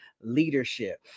leadership